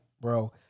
bro